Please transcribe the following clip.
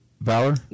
Valor